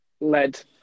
lead